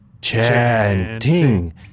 Chanting